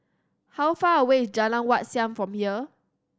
how far away is Jalan Wat Siam from here